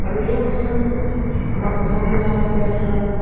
আৰু এই অনুষ্ঠানত আমাৰ প্ৰথম দিনা আছিলে আপোনাৰ